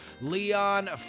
Leon